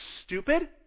stupid